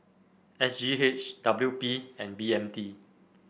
S G H W P and B M T